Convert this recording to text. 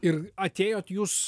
ir atėjot jūs